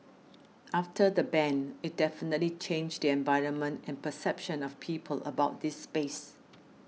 after the ban it definitely changed the environment and perception of people about this space